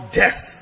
death